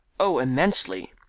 oh, immensely.